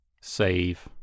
save